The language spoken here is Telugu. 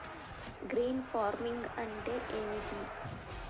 గ్రీన్ ఫార్మింగ్ అంటే ఏమిటి?